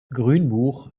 grünbuch